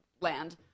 land